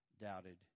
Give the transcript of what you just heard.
doubted